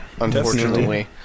Unfortunately